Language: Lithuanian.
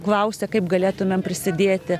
klausia kaip galėtumėm prisidėti